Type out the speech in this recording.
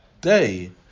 day